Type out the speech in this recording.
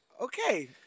okay